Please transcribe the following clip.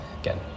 again